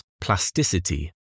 plasticity